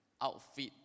outfit